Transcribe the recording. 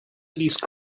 please